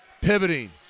pivoting